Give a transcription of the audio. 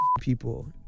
people